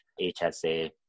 HSA